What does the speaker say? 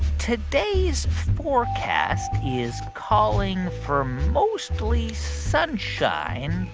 today's forecast is calling for mostly sunshine,